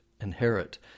inherit